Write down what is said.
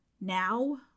now